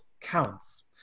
counts